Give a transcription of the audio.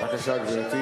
אדוני ראש הממשלה,